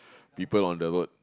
people one the road